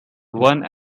one